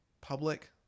public